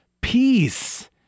peace